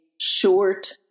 short